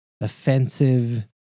offensive